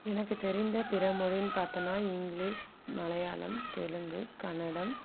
எனக்கு தெரிந்த பிற மொழின்னு பார்த்தோன்னா இங்கிலீஷ் மலையாளம் தெலுங்கு கன்னடம்